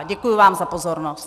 Děkuji vám za pozornost.